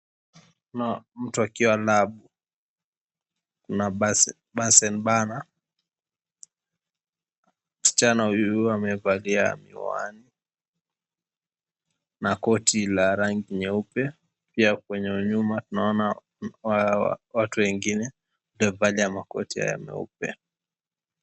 ...Mtu akiwa na {cs}burnsenburner{cs}, msichana huyu amevalia miwani na koti la rangi nyeupe pia upeo wa nyuma naona watu wengine wamevalia makoti haya meupe.